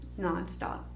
nonstop